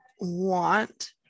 want